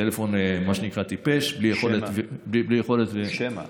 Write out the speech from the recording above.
טלפון טיפש, מה שנקרא, בלי יכולת, שמע.